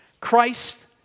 Christ